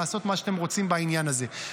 לעשות מה שאתם רוצים בעניין הזה.